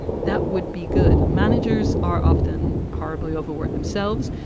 that would be good managers are often horribly overworked themselves.